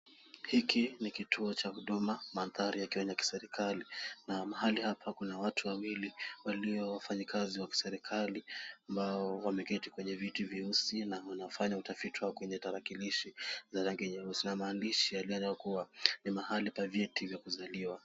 Hiki ni kituo cha huduma maandhari ya kionya kiserikali. Na mahali hapa kuna watu wawili waliowafanyikazi wa kiserikali ambao wameketi kwenye viti vyeusi na wanafanya utafiti wao kwenye tarakilishi za rangi nyeusi, na maandishi yaeleza kuwa ni mahali pa vyeti vya kuzaliwa.